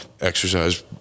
exercise